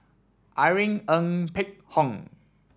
Irene Ng Phek Hoong